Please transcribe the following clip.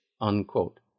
unquote